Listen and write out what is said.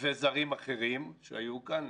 וזרים אחרים שהיו כאן,